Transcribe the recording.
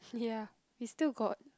ya we still got